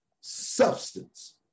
substance